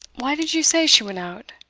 why did you say she went out?